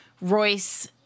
Royce